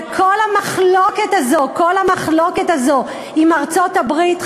וכל המחלוקת הזו עם ארצות-הברית,